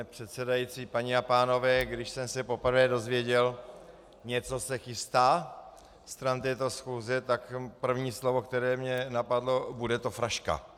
Pane předsedající, paní a pánové, když jsem se poprvé dozvěděl, že něco se chystá stran této schůze, tak první slovo, které mě napadlo: bude to fraška.